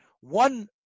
one